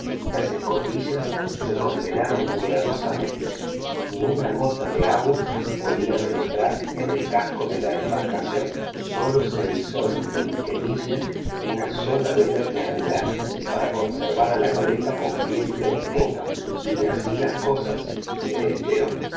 las escotillas se condenaron cuidadosamente ni una gota de agua podía penetrar en el casco de la embarcación sólo se izó en trinquetilla una sola vela triangular para conservar a la goleta con viento en popa y así las cosas se esperó